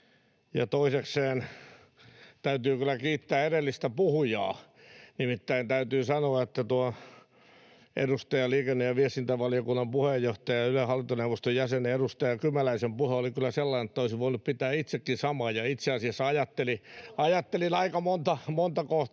Toisekseen täytyy kyllä kiittää edellistä puhujaa, nimittäin täytyy sanoa, että liikenne‑ ja viestintävaliokunnan puheenjohtajan ja Ylen hallintoneuvoston jäsenen, edustaja Kymäläisen puhe oli kyllä sellainen, että olisin voinut pitää itsekin saman, ja itse asiassa ajattelin aika monta samaa